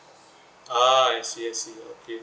ah I see I see okay